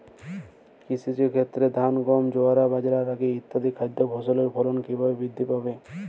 কৃষির ক্ষেত্রে ধান গম জোয়ার বাজরা রাগি ইত্যাদি খাদ্য ফসলের ফলন কীভাবে বৃদ্ধি পাবে?